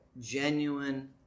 genuine